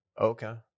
Okay